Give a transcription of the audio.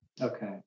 Okay